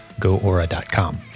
GoAura.com